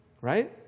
right